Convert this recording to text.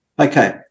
Okay